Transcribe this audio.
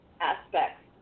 aspects